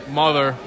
mother